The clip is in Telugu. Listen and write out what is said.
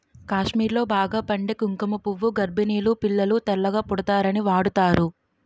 కాశ్మీర్లో బాగా పండే కుంకుమ పువ్వు గర్భిణీలు పిల్లలు తెల్లగా పుడతారని వాడుతారు